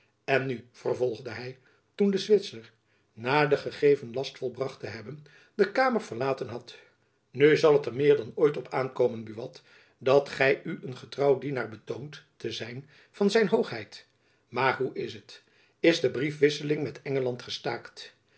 en nu vervolgde hy toen de zwitser na den gegeven last volbracht te hebben de kamer verlaten had nu zal het er meer dan ooit op aankomen buat dat gy u een getrouw dienaar betoont te zijn van zijn hoogheid maar hoe is het is de briefwisseling met engeland gestaakt